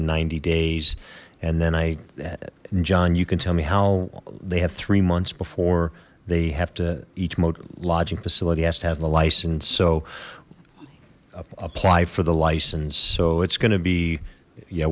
in ninety days and then i that in john you can tell me how they have three months before they have to each mode lodging facility has to have the license so apply for the license so it's going to be yeah